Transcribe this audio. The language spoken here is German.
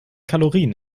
kalorien